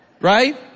right